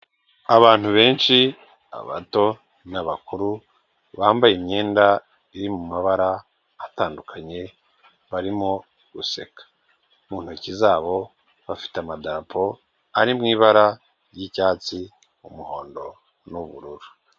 Abantu benshi abato n'abakuru, bambaye imyenda iri mu mabara atandukanye barimo guseka mu ntoki zabo bafite amadarapo ari mu ibara ry'icyatsi, umuhondo n'ubururu.